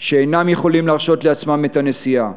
שאינם יכולים להרשות לעצמם את הנסיעה.